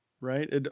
right